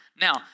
Now